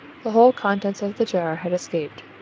the whole contents of the jar had escaped,